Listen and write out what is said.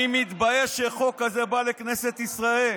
אני מתבייש שחוק כזה בא לכנסת ישראל.